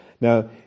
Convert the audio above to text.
Now